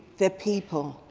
the people.